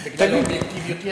בגלל אובייקטיביות יתר.